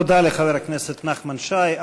תודה לחבר הכנסת נחמן שי.